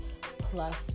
plus